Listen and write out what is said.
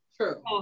True